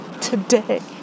today